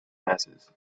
masses